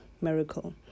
Miracle